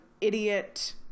idiot